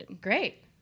Great